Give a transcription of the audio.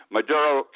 Maduro